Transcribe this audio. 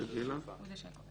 אוקיי, אז בואי תגיעי אליו.